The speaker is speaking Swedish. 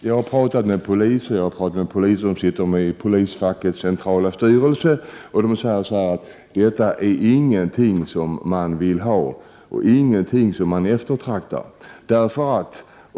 Jag har talat med olika poliser, bl.a. sådana poliser som sitter i polisfackets centrala styrelse, och de säger att detta inte är någonting som man vill ha — det är inte någonting som man eftertraktar.